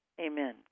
Amen